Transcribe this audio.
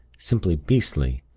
simply beastly.